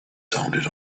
sounded